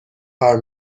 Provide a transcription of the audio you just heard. کار